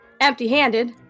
empty-handed